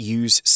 use